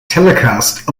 telecast